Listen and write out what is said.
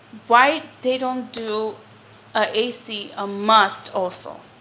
why they don't do a ac a must also?